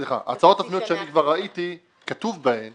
סליחה, ההצעות שאני כבר ראיתי, כתוב בהן